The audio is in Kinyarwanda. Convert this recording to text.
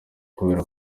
kubera